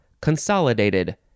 consolidated